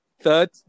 Third